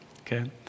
Okay